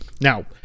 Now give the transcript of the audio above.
Now